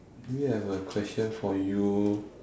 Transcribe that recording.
maybe I have a question for you